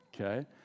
okay